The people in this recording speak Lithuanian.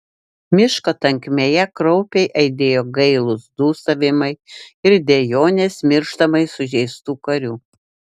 miško tankmėje kraupiai aidėjo gailūs dūsavimai ir dejonės mirštamai sužeistų karių